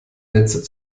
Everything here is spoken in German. netze